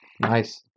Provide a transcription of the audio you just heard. nice